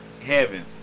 heaven